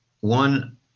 one